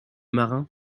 marin